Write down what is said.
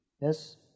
Yes